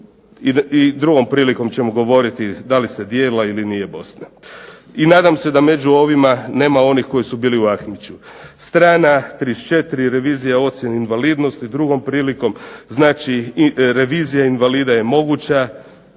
i drugom prilikom ćemo govoriti da li se dijele ili nije Bosna. I nadam se da među ovima nema onih koji su bili u Ahmiću. Strana 34 revizije o ocjeni invalidnosti, drugom prilikom. Znači revizija invalida je moguća,